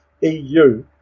EU